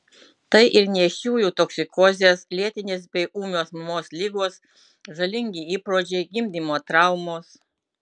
tai ir nėščiųjų toksikozės lėtinės bei ūmios mamos ligos žalingi įpročiai gimdymo traumos